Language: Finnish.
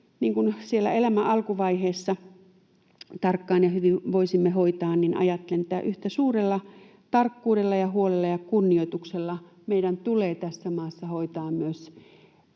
siellä elämän alkuvaiheessa tarkkaan ja hyvin voisimme hoitaa, ajattelen, että yhtä suurella tarkkuudella, huolella ja kunnioituksella meidän tulee tässä maassa hoitaa myös